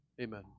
Amen